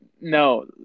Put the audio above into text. no